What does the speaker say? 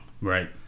Right